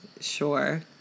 Sure